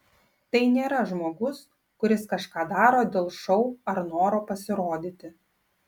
tai nėra žmogus kuris kažką daro dėl šou ar noro pasirodyti